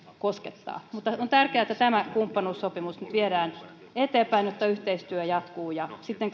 koskettaa on tärkeää että tämä kumppanuussopimus viedään eteenpäin jotta yhteistyö jatkuu ja sitten